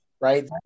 right